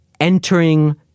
entering